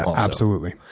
absolutely.